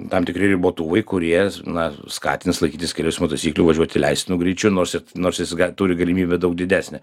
tam tikri ribotuvai kurie na skatins laikytis kelių eismo taisyklių važiuoti leistinu greičiu nors ir nors jis turi galimybę daug didesnę